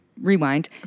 rewind